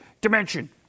dimension